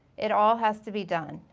it all has to be done.